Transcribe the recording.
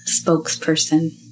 Spokesperson